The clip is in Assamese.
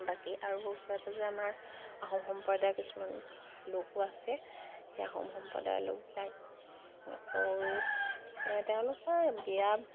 বাকী আৰু ওচৰে পাঁজৰে আমাৰ আহোম সম্প্ৰদায়ৰ কিছুমান লোকো আছে সেই আহোম সম্প্ৰদায়ৰ লোকবিলাক তেওঁলোকৰ বিয়া